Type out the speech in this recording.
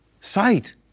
sight